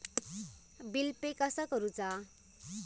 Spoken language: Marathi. बिल पे कसा करुचा?